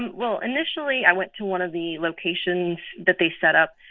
well, initially, i went to one of the locations that they set up,